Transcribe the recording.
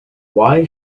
why